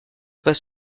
pas